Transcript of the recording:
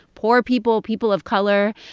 poor people, people of color.